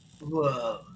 Whoa